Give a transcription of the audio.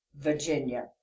Virginia